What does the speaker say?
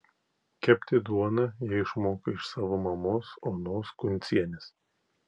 kepti duoną ji išmoko iš savo mamos onos kuncienės